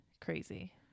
Crazy